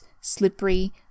slippery